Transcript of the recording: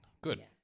Good